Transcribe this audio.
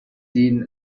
seen